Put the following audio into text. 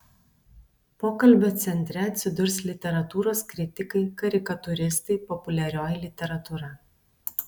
pokalbio centre atsidurs literatūros kritikai karikatūristai populiarioji literatūra